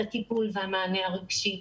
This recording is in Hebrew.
את הטיפול והמענה הרגשי.